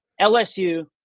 LSU